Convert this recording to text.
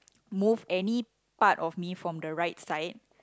move any part of me from the right side